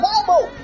Bible